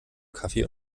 kaffee